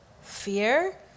fear